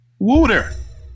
Wooter